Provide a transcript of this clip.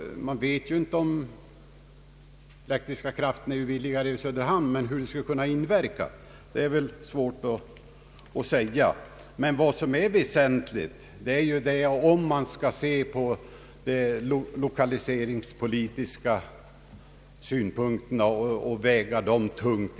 Man vet inte om elkraften är billigare i Söderhamn, men vad som är väsentligt är huruvida man skall ta hänsyn till de lokaliseringspolitiska synpunkterna och väga dem tungt.